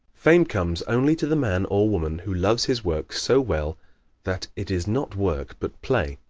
fame comes only to the man, or woman, who loves his work so well that it is not work but play.